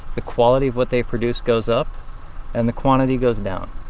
the quality of what they produce goes up and the quantity goes down.